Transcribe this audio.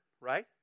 right